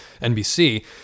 NBC